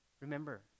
Remember